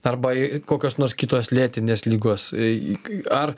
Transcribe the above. arba jei kokios nors kitos lėtinės ligos ar